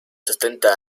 setenta